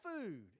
food